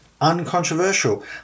Uncontroversial